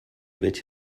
veig